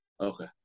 Okay